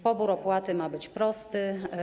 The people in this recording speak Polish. Pobór opłaty ma być prosty.